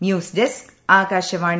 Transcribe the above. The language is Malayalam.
news desk Akashvani